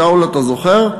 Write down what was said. שאול, אתה זוכר?